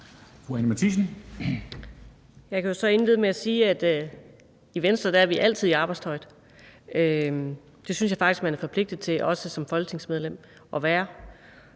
Jeg kan jo så indlede med at sige, at i Venstre er vi altid i arbejdstøjet. Det synes jeg faktisk man er forpligtet til også som folketingsmedlem at være.